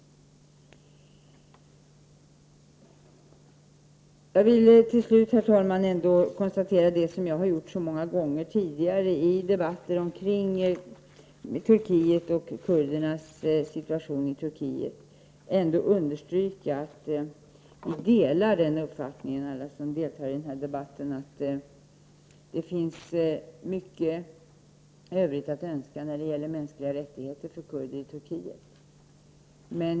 Jag vill till slut, herr talman, understryka, som jag har gjort så många gånger tidigare i debatter om Turkiet och kurdernas situation där, att jag delar den uppfattning som alla de som deltar i denna debatt har, nämligen att det finns mycket övrigt att önska när det gäller mänskliga rättigheter för kurder i Turkiet.